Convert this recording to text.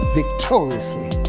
victoriously